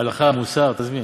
הלכה, מוסר, תזמין.